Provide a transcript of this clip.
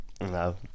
no